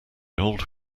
old